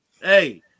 Hey